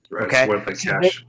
Okay